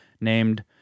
named